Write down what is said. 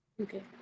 Okay